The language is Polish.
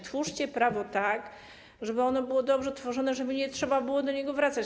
Twórzcie prawo tak, żeby ono było dobrze tworzone, żeby nie trzeba było do niego wracać.